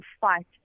fight